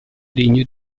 degno